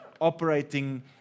operating